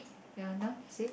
ya nah see